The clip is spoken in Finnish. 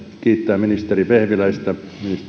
kiittää ministeri vehviläistä ministeri